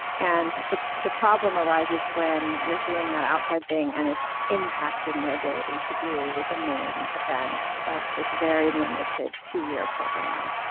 and the the problem arises when you're doing that outside thing and it's impacting your ability to do the main event of this very limited two-year program.